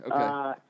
Okay